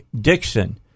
Dixon